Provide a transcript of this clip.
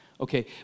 okay